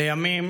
לימים